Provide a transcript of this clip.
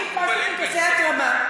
אני הדפסתי פנקסי התרמה.